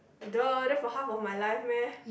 the the for half of my life meh